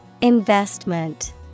Investment